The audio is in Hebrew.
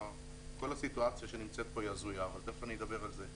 כל הסיטואציה פה היא הזויה ותיכף אדבר על זה,